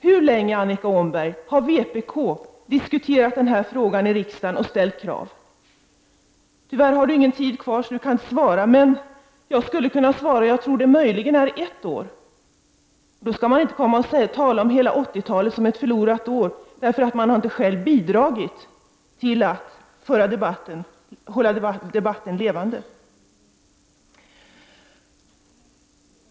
Hur länge, Annika Åhnberg, har vpk diskuterat den här frågan i riksdagen och ställt krav? Tyvärr har Annika Åhnberg ingen taletid kvar och kan inte svara, men jag skall svara i stället: Jag tror att det möjligen är ett år. Man skall inte tala om hela 80-talet som ett förlorat årtionde, när man inte själv har bidragit till att hålla debatten levande!